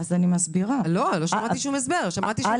אני רק אסביר שיש את